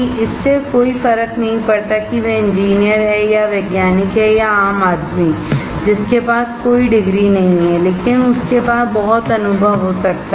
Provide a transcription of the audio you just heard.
इससे कोई फर्क नहीं पड़ता कि वह इंजीनियर है या वैज्ञानिक है या आम आदमी है जिसके पास कोई डिग्री नहीं है लेकिन उसके पास बहुत अनुभव हो सकता है